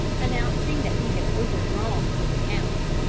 announcing that he had overdrawn his account.